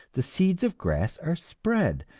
the seeds of grass are spread,